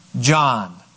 John